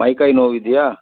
ಮೈ ಕೈ ನೋವಿದೆಯಾ